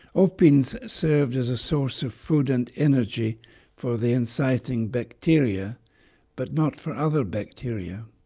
opines served as a source of food and energy for the inciting bacteria but not for other bacteria.